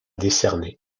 décerné